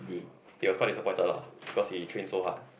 he was quite disappointed lah because he train so hard